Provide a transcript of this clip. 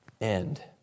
end